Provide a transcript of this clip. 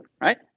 Right